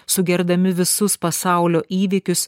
sugerdami visus pasaulio įvykius